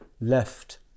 left